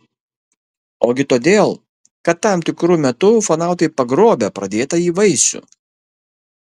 ogi todėl kad tam tikru metu ufonautai pagrobia pradėtąjį vaisių